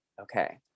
okay